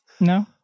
No